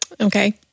Okay